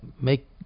Make